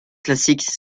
classique